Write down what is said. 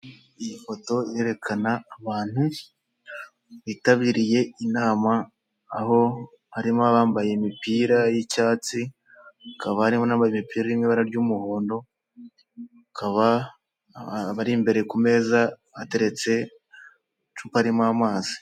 Ifoto yerekana abantu bitabiriye inama aho harimo abambaye imipira y'icyatsi hakaba harimo n'abambaye imipira irimo ibara ry'umuhondo hakaba abari imbere ku meza ateretse icupa ririmo amazi.